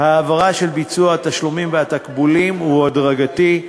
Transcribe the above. העברה של ביצוע התשלומים והתקבולים, הוא הדרגתי.